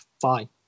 fine